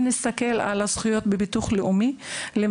אם נסתכל על זכויות הילדים החולים בביטוח הלאומי למשל,